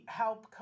help